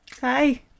Hi